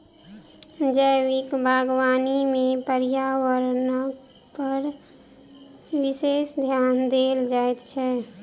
जैविक बागवानी मे पर्यावरणपर विशेष ध्यान देल जाइत छै